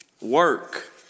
work